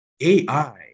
AI